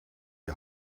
die